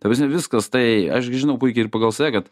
ta prasme viskas tai aš gi žinau puikiai ir pagal save kad